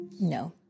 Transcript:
No